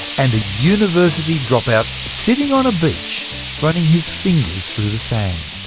and a university drop-out sitting on a beach running his fingers through the sand.